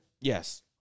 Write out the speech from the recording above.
yes